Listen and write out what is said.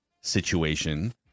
situation